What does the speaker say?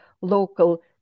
local